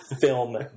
film